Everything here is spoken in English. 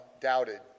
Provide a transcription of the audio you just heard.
doubted